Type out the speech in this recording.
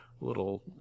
little